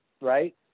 right